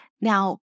Now